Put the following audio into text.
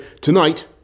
tonight